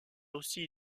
aussi